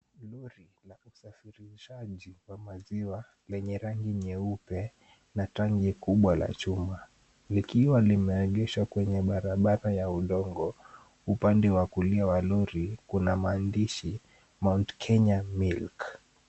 Lori la usafirishaji wa maziwa lenye rangi nyeupe na tangi kubwa la chuma likiwa limeegeshwa kwenye barabara ya udongo .Upande wa kulia wa lori kuna maandishi, mount Kenya milk .